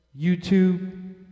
YouTube